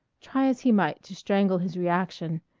try as he might to strangle his reaction,